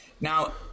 now